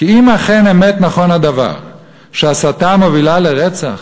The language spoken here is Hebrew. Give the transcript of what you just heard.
כי אם אכן אמת נכון הדבר שהסתה מובילה לרצח,